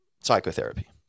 psychotherapy